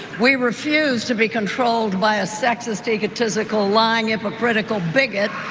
we refused to be controlled by a sexist egotistical, lying, hypocritical bigot